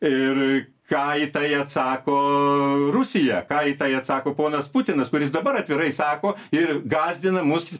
ir ką į tai atsako rusija ką į tai atsako ponas putinas kuris dabar atvirai sako ir gąsdina mus